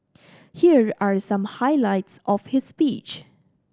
here are some highlights of his speech